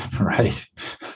right